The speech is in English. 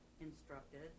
instructed